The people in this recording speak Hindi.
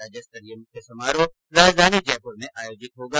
राज्यस्तरीय मुख्य समारोह राजधानी जयप्र में आयोजित होगा